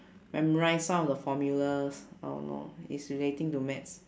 memorize some of the formulas I don't know it's relating to maths